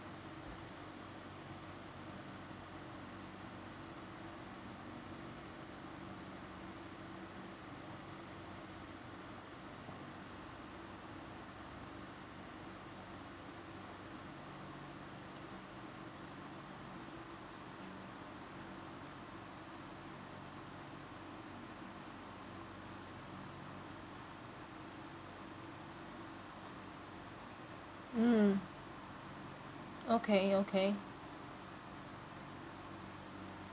mm okay okay